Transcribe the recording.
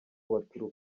baturuka